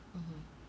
mmhmm